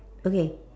okay